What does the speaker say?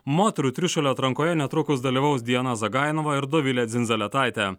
moterų trišuolio atrankoje netrukus dalyvaus diana zagainova ir dovilė dzindzaletaitė